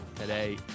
today